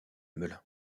melun